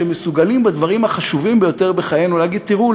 שמסוגלים בדברים החשובים ביותר בחיינו להגיד: תראו,